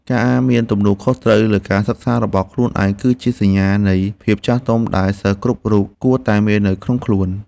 ការមានទំនួលខុសត្រូវលើការសិក្សារបស់ខ្លួនឯង គឺជាសញ្ញានៃភាពចាស់ទុំដែលសិស្សគ្រប់រូបគួរតែមាននៅក្នុងខ្លួន។